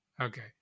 Okay